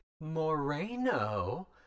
Moreno